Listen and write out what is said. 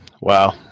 Wow